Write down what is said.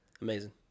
Amazing